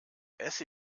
esse